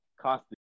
Cost